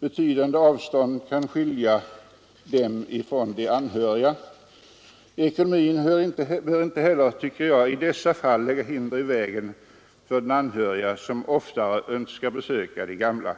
Betydande avstånd kan skilja dem från deras anhöriga. Ekonomin bör inte heller, tycker jag, i dessa fall få lägga hinder i vägen för de anhöriga som oftare önskar besöka de gamla.